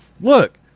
look